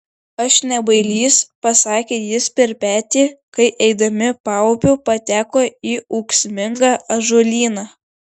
aš ne bailys pasakė jis per petį kai eidami paupiu pateko į ūksmingą ąžuolyną